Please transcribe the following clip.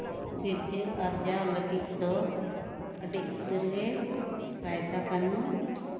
ᱥᱤᱨᱡᱟᱹᱣ ᱟᱨᱡᱟᱣ ᱞᱟᱹᱜᱤᱫ ᱫᱚ ᱟᱹᱰᱤ ᱩᱛᱟᱹᱨ ᱜᱮ ᱠᱟᱭᱫᱟ ᱠᱟᱱᱩᱱ